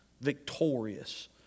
victorious